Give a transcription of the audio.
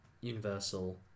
universal